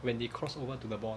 when they cross over to the board